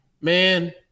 man